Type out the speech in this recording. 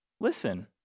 Listen